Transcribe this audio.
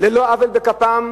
לא עוול בכפם,